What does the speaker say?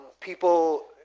People